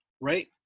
right